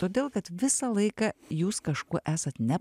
todėl kad visą laiką jūs kažkuo esat ne